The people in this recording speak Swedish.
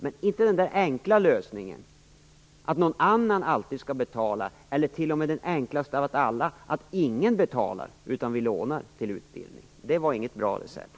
Men den enkla lösningen att någon annan alltid skall betala eller t.o.m. den enklaste av alla, att ingen betalar utan vi lånar till utbildning, var inget bra recept.